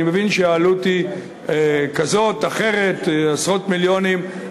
אני מבין שהעלות היא כזאת, אחרת, עשרות מיליונים.